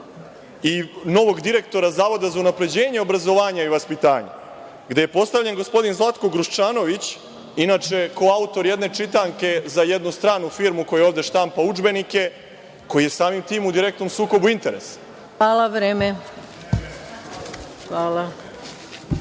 i novog direktora Zavoda za unapređenje obrazovanja i vaspitanja, gde je postavljen gospodin Zlatko Gruščanović, inače koautor jedne čitanke za jednu stranu firmu koja ovde štampa udžbenike, koji je samim tim u direktnom sukobu interesa.(Isključen